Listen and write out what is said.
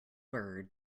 bird